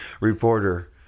reporter